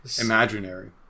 imaginary